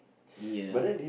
ya